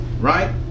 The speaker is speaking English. right